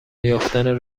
یافتن